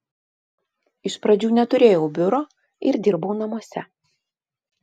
iš pradžių neturėjau biuro ir dirbau namuose